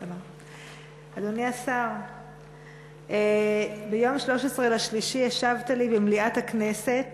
אדוני השר, ביום 13 במרס השבת לי במליאת הכנסת